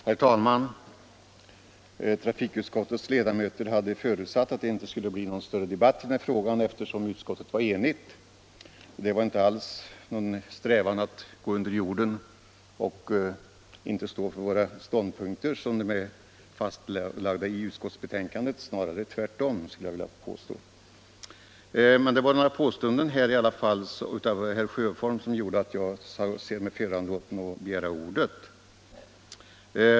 Herr talman! Trafikutskottets ledamöter hade förutsatt att det inte skulle bli någon större debatt i frågan eftersom utskottet var enigt. Vi hade inte alls någon strävan efter att gå under jorden och inte stå för våra ståndpunkter såsom de är fastlagda i utskottsbetänkandet — snarare tvärtom, skulle jag vilja påstå. Men det var några påståenden av herr Sjöholm som gjorde att jag kände mig föranlåten att begära ordet.